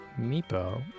Meepo